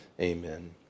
amen